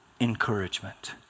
encouragement